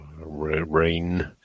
Rain